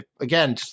again